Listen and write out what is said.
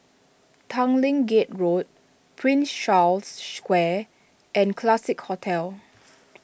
Tanglin Gate Road Prince Charles Square and Classique Hotel